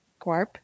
Gwarp